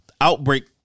Outbreak